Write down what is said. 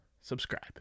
subscribe